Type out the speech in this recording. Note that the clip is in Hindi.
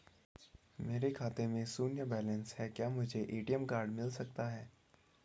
मेरे खाते में शून्य बैलेंस है क्या मुझे ए.टी.एम कार्ड मिल सकता है?